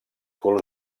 colors